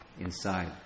inside